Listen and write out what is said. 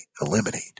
eliminate